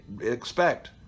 expect